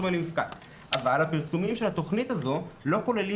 אבל הפרסומים של התכנית הזאת לא כוללים